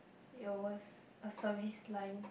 it was a service line